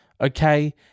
okay